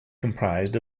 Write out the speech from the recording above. composed